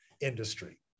industry